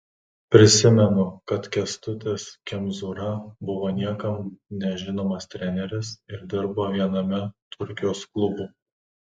prisimenu kad kęstutis kemzūra buvo niekam nežinomas treneris ir dirbo viename turkijos klubų